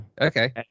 Okay